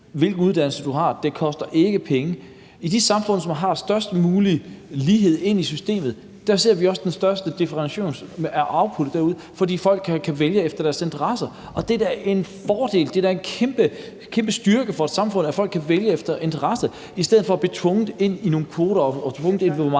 hvilken uddannelse du vil have. Det koster ikke penge. I de samfund, som har størst mulig lighed i systemet, ser vi også den største differentiering i outputtet derude, fordi folk kan vælge efter deres interesser, og det er da en fordel. Det er da en kæmpe styrke for et samfund, at folk kan vælge efter interesse i stedet for at blive tvunget ind i nogle kvoter eller af nogle